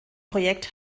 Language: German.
projekt